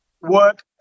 work